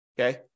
okay